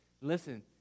Listen